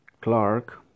Clark